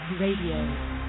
Radio